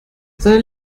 seine